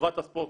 טובת הספורט,